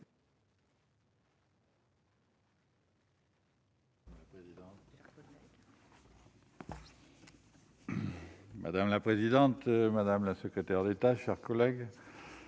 Madame la présidente, madame la secrétaire d'État, mes chers collègues,